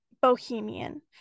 Bohemian